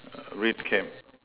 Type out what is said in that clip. red cap